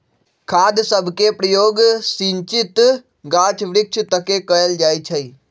खाद सभके प्रयोग सिंचित गाछ वृक्ष तके कएल जाइ छइ